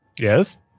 Yes